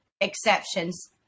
exceptions